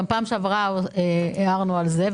גם פעם שעברה הערנו על זה.